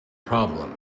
problem